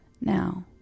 Now